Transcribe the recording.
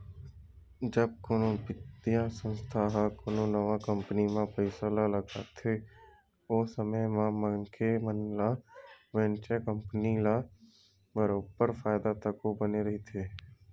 जब कोनो बित्तीय संस्था ह कोनो नवा कंपनी म पइसा ल लगाथे ओ समे म मनखे मन ल वेंचर कैपिटल ले बरोबर फायदा तको बने रहिथे